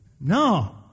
No